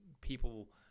people